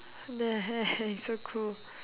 nice so cool